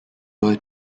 were